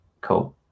Cool